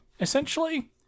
essentially